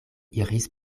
iris